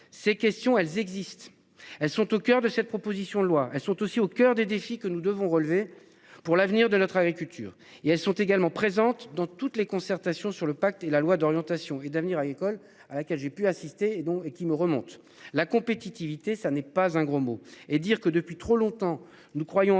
Ces questions elles existent, elles sont au coeur de cette proposition de loi, elles sont aussi au coeur des défis que nous devons relever pour l'avenir de notre agriculture et elles sont également présentes dans toutes les concertations sur le pacte et la loi d'orientation et d'avenir agricole à laquelle j'ai pu assister dont et qui me remonte la compétitivité, ça n'est pas un gros mot et dire que depuis trop longtemps. Nous croyons en